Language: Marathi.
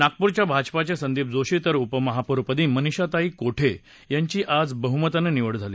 नागपूरच्या भाजपाचे संदीप जोशी तर उपमहापौरपदी मानिषाताई कोठे यांची यांची आज बहुमतानं निवड झाली